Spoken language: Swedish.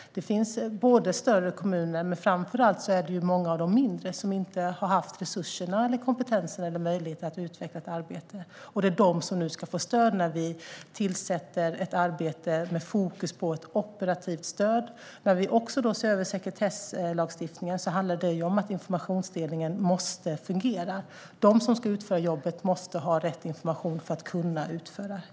Det finns större kommuner, men framför allt är det många av de mindre kommunerna, som inte har haft resurserna, kompetensen eller möjligheterna att utveckla ett arbete. Det är dessa kommuner som nu ska få stöd när vi sätter igång ett arbete med fokus på ett operativt stöd. När vi då även ser över sekretesslagstiftningen handlar det om att informationsdelningen måste fungera. De som ska utföra jobbet måste ha rätt information för att kunna utföra jobbet.